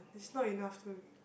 it's not enough to